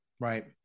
right